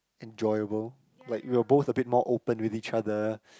enjoyable like we were both a bit more open with each other